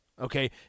Okay